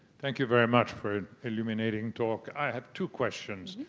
thank you very much for a illuminating talk. i have two questions.